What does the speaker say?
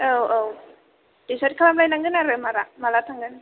औ औ दिसाइद खालामलायनांगोन आरो मारा माला थागोन